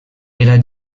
era